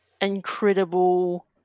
incredible